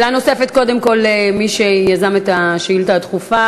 שאלה נוספת למי שיזם את השאילתה הדחופה,